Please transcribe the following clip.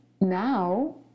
Now